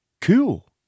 cool